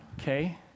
okay